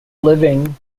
living